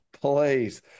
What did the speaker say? Please